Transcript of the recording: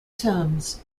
terms